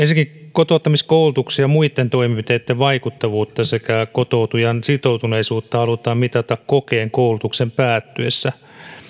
kotouttamiskoulutuksen ja muitten toimenpiteitten vaikuttavuutta sekä kotoutujan sitoutuneisuutta halutaan mitata kokein koulutuksen päättyessä